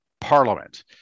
parliament